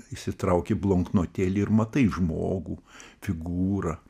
išsitrauki bloknotėlį ir matai žmogų figūrą